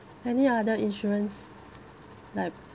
any other insurance like